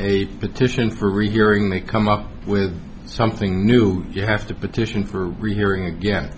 a petition for rehearing they come up with something new you have to petition for rehearing again